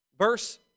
Verse